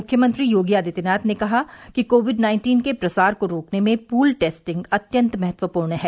मुख्यमंत्री योगी आदित्यनाथ ने कहा कि कोविड नाइन्टीन के प्रसार को रोकने में पूल टेस्टिंग अत्यन्त महत्वपूर्ण है